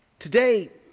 today,